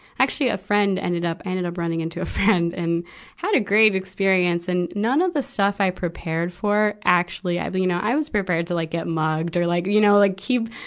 actually a friend ended up, i ended up running into a friend and had a great experience. and none of the stuff i prepared for actually i, but you know, i was prepared to like get mugged or like, you know, like keep,